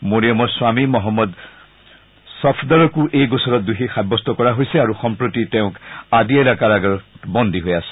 মৰিয়মৰ স্বামী মহম্মদ ছফদৰকো এই গোচৰত দোষী সাব্যস্ত কৰা হৈছে আৰু সম্প্ৰতি তেওঁক আদিয়ালা কাৰাগাৰত কাৰাবন্দী হৈ আছে